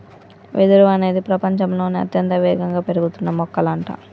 వెదురు అనేది ప్రపచంలోనే అత్యంత వేగంగా పెరుగుతున్న మొక్కలంట